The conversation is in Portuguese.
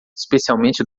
especialmente